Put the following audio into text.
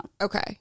Okay